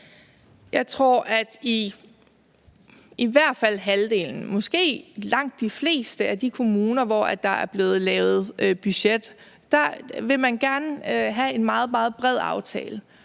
Jeg tror, at i i hvert fald halvdelen, måske langt de fleste, af de kommuner, hvor der er blevet lavet budgetter, vil man gerne have en meget, meget bred aftale.